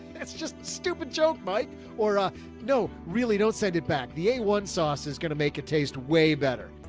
that's just a stupid joke, mike or a no, really don't send it back. the awan sauce is gonna make it taste way better.